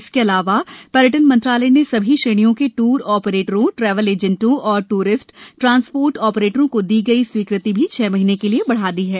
इसके अलावा पर्यटन मंत्रालय ने सभी श्रेणियों के ट्र ऑपरेटरों ट्रैवल एजेंटों और टूरिस्ट ट्रासपोर्ट ऑपरेटरों को दी गई स्वीकृति भी छह महीने के लिए बढ़ा दी है